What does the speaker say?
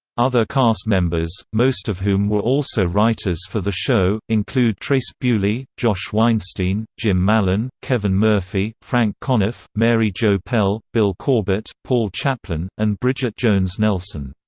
other cast members, most of whom were also writers for the show, include trace but beaulieu, josh weinstein, jim mallon, kevin murphy, frank conniff, mary jo pehl, bill corbett, paul chaplin, and bridget jones nelson.